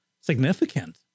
significant